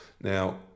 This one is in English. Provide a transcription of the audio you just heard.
now